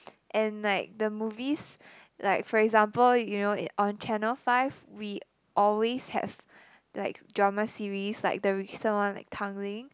and like the movies like for example you know it on channel five we always have like drama series like the recent one like Tanglin